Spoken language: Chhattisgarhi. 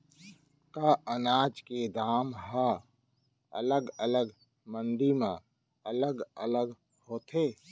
का अनाज के दाम हा अलग अलग मंडी म अलग अलग होथे?